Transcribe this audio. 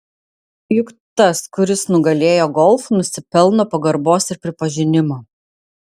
juk tas kuris nugalėjo golf nusipelno pagarbos ir pripažinimo